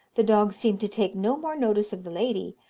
the dog seemed to take no more notice of the lady,